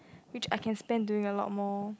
which I spend doing a lot more